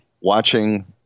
watching